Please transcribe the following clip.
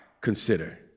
consider